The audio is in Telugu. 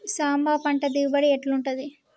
సాంబ పంట దిగుబడి ఎట్లుంటది?